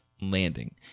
landing